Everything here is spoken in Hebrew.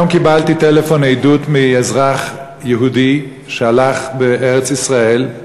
היום קיבלתי טלפון עדות מאזרח יהודי שהלך בארץ-ישראל,